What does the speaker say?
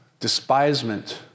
despisement